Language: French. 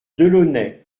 delaunay